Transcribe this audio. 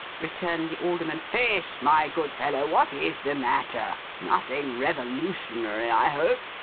returned the alderman. fish! my good fellow, what is the matter? nothing revolutionary, i hope!